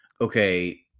okay